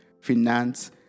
finance